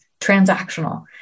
transactional